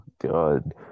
God